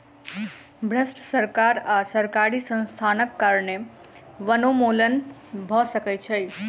भ्रष्ट सरकार आ सरकारी संस्थानक कारणें वनोन्मूलन भ सकै छै